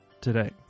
today